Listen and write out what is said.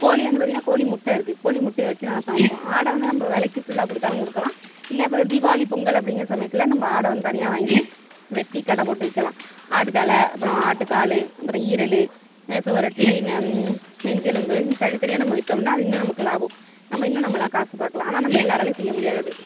கோழி வந்து பார்த்திங்கனா கோழி முட்டை இருக்குது கோழி முட்டையை வச்சு நாங்கள் சமைப்போம் ஆடை வந்து நம்ம விலைக்கு ஃபுல்லாக கொடுத்தாலும் கொடுக்கலாம் இல்லை இப்போ தீபாவளி பொங்கல் அப்படிங்கிற சமயத்தில் நம்ம ஆடை வந்து தனியாக வாங்கி வெட்டி கடை போட்டு விற்கலாம் ஆடு தலை அப்புறம் ஆட்டு கால் அப்புறம் ஈரலு சுவரொட்டி நெஞ்செலும்பு தனி தனியாக நம்ம விற்றோம்னா அது இன்னும் நமக்கு லாபம் நம்ம இன்னும் நம்மலாம் காசு பார்க்கலாம் ஆனால் நம்ம எல்லாராலேயும் செய்ய முடியாது